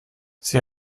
sie